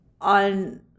on